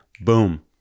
Boom